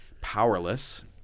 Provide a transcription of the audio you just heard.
powerless